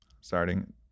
starting